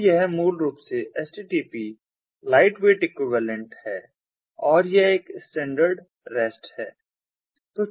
तो यह मूल रूप से HTTP लाइटवेट इक्विवेलेंट है और यह एक स्टैंडर्ड REST है